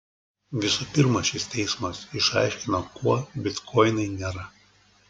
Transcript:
visų pirma šis teismas išaiškino kuo bitkoinai nėra